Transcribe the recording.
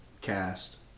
cast